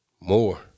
More